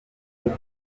kuko